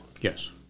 Yes